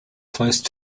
close